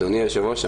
אדוני היושב-ראש,